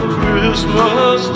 Christmas